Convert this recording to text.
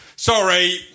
Sorry